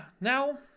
Now